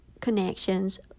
connections